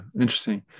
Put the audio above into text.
interesting